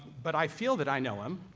but i feel that i know him,